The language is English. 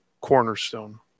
cornerstone